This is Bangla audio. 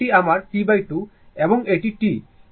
তো তার মানে এটি আমার T2 এবং এটি T এবং এটি হল বেস T2